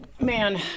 Man